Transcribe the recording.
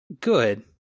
Good